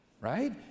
right